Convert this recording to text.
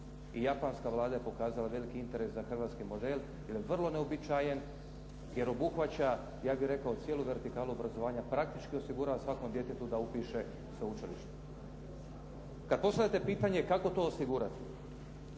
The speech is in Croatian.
i japanska vlada je pokazala veliki interes za hrvatski model jer je vrlo neuobičajen, jer obuhvaća ja bih rekao cijelu vertikalu obrazovanja, praktički osigurava svakom djetetu da upiše sveučilište. Kad postavljate pitanje kako to osigurati.